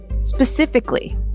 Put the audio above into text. Specifically